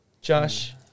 Josh